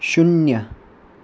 शून्य